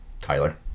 Tyler